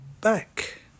back